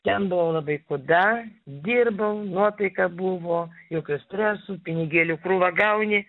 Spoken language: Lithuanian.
ten buvau labai kūda dirbau nuotaika buvo jokio stresų pinigėlių krūvą gauni